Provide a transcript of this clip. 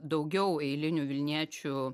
daugiau eilinių vilniečių